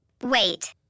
Wait